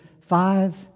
five